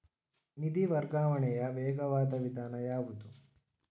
ನಿಧಿ ವರ್ಗಾವಣೆಯ ವೇಗವಾದ ವಿಧಾನ ಯಾವುದು?